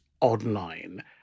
online